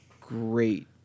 great